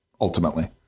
Ultimately